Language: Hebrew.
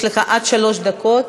יש לך עד שלוש דקות